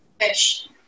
Fish